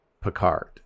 Picard